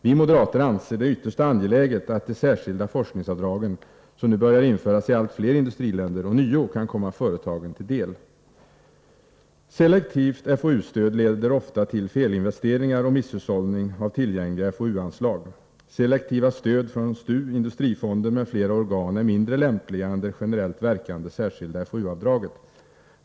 Vi moderater anser det ytterst angeläget att de särskilda forskningsavdragen, som nu börjar införas i allt fler industriländer, ånyo kan komma företagen till del. Selektivt FoU-stöd leder ofta till felinvesteringar och misshushållning med tillgängliga FoU-anslag. Selektiva stöd från STU, Industrifonden m.fl. organ är mindre lämpliga än det generellt verkande särskilda FoU-avdraget.